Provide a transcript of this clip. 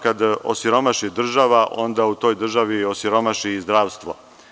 Kada osiromaši država, onda u toj državi osiromaši i zdravstvo.